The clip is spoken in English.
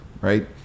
right